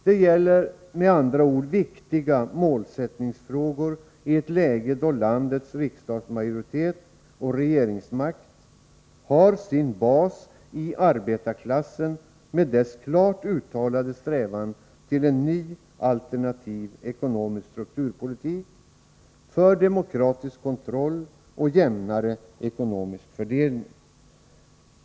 Det gäller med andra ord viktiga målsättningsfrågor i ett läge då landets riksdagsmajoritet och regeringsmakt har sin bas i arbetarklassen med dess klart uttalade strävan till en ny alternativ ekonomisk strukturpolitik, för demokratisk kontroll och jämnare ekonomisk fördelning.